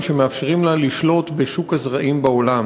שמאפשרים לה לשלוט בשוק הזרעים בעולם.